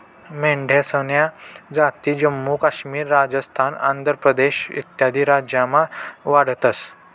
मेंढ्यासन्या जाती जम्मू काश्मीर, राजस्थान, आंध्र प्रदेश इत्यादी राज्यमा आढयतंस